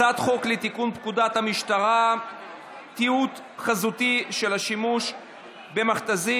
הצעת חוק לתיקון פקודת המשטרה (תיעוד חזותי של השימוש במכת"זית),